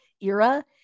Era